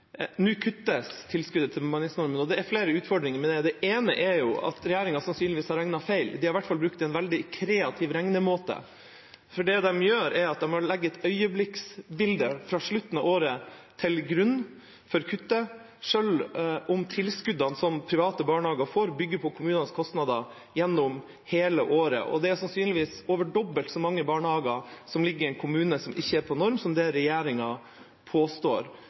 Nå kuttes tilskuddet til bemanningsnorm, og det er flere utfordringer med det. Det ene er at regjeringa sannsynligvis har regnet feil, de har i hvert fall brukt en veldig kreativ regnemåte, for det de gjør, er å legge et øyeblikksbilde fra slutten av året til grunn for kuttet selv om tilskuddene som private barnehager får, bygger på kommunenes kostnader gjennom hele året. Det er sannsynligvis over dobbelt så mange barnehager som ligger i en kommune som ikke er på norm, som det regjeringa påstår.